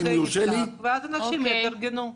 תגידו שזה נפתח ואז אנשים יתארגנו.